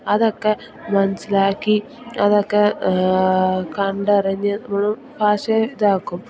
അതൊക്കെ മനസ്സിലാക്കി അതൊക്കെ കണ്ടറിഞ്ഞ് നമ്മൾ ഭാഷയെ ഇതാക്കും